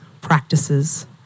practices